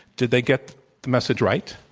did they get the message right?